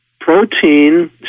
Protein